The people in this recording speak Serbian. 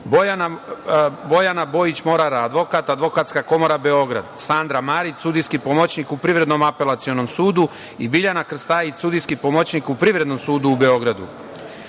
Bojana Bojić Morara advokat, Advokatska komora Beograd, Sandra Marić, sudijski pomoćnik u Privrednom apelacionom sudu i Biljana Krstajić, sudijski pomoćnik u Privrednom sudu u Beogradu.Za